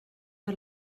per